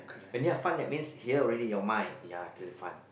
and then fun that means is here ready your mind ya pretty fun